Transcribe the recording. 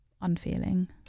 unfeeling